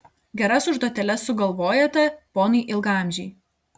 geras užduotėles sugalvojate ponai ilgaamžiai